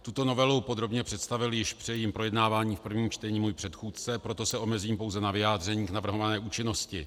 Tuto novelu podrobně představil již při jejím projednávání v prvním čtení můj předchůdce, proto se omezím pouze na vyjádření k navrhované účinnosti.